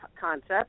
concept